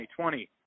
2020